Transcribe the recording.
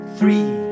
three